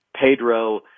Pedro